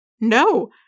No